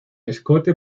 escote